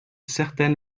certaine